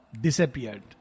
disappeared